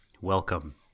Welcome